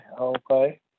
okay